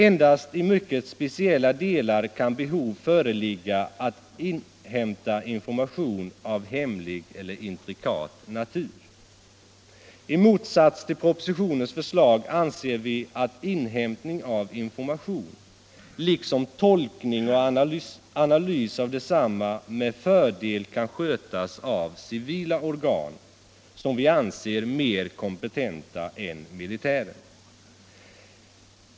Endast i mycket speciella delar kan behov föreligga av att inhämta information av hemlig eller intrikat natur. I motsats till vad regeringen föreslagit i propositionen anser vi att inhämtning av information liksom tolkning och analys av densamma med fördel kan skötas av civila organ, som vi anser mer kompetenta än militären.